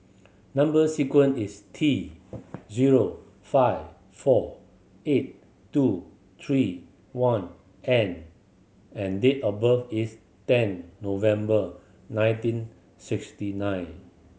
number sequence is T zero five four eight two three one N and date of birth is ten November nineteen sixty nine